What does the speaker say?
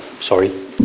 Sorry